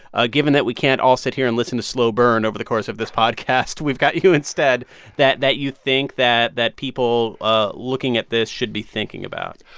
ah given that we can't all sit here and listen to slow burn over the course of this podcast we've got you instead that that you think that that people ah looking at this should be thinking about?